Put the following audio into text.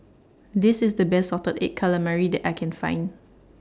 This IS The Best Salted Egg Calamari that I Can Find